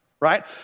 right